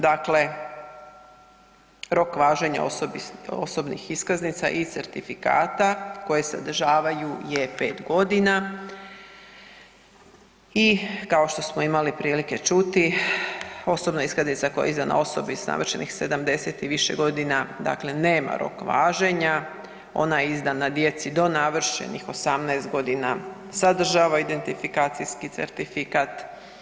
Dakle, rok važenja osobnih iskaznica i certifikata koje sadržavaju je 5.g. i kao što smo imali prilike čuti, osobna iskaznica koja je izdana osobi s navršenih 70 i više godina, dakle nema rok važenja, ona je izdana djeci do navršenih 18.g., sadržava identifikacijski certifikat.